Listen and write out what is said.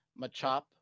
Machop